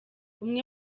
umwe